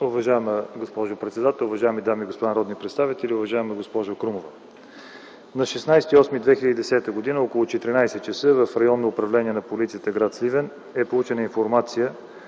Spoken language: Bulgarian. Уважаема госпожо председател, уважаеми дами и господа народни представители! Уважаема госпожо Крумова, на 16 август 2010 г. около 14,00 ч. в Районно управление на полицията – гр. Сливен, е получена информация